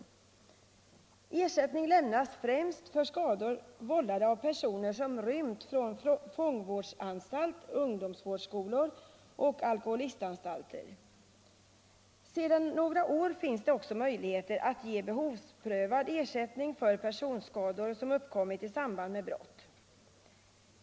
Ersättning lämnas främst för skador vållade av personer som rymt från fångvårdsanstalt, ungdomsvårdsskolor och alkoholistanstalter. Sedan några år finns det också möjligheter att ge behovsprövad ersättning för personskador som uppkommit i samband med brott.